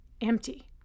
empty